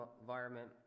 environment